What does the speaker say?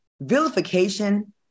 vilification